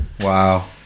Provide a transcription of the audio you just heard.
Wow